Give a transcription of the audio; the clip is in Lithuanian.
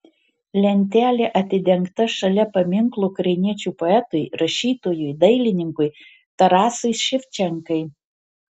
lentelė atidengta šalia paminklo ukrainiečių poetui rašytojui dailininkui tarasui ševčenkai